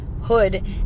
hood